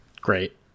great